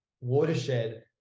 watershed